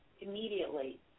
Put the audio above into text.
immediately